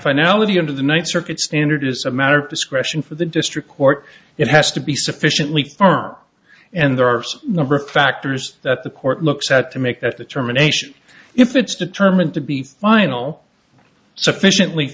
finality into the ninth circuit standard is a matter of discretion for the district court it has to be sufficiently far and there are some number of factors that the court looks at to make that determination if it's determined to be final sufficiently